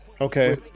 Okay